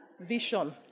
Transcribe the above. Vision